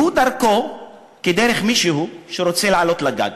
דרכו היא כדרך מישהו שרוצה לעלות לגג.